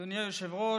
אדוני היושב-ראש,